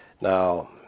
Now